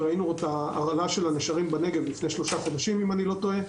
וראינו את ההרעלה של הנשרים בנגב לפני שלושה חודשים אם אני לא טועה.